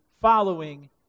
following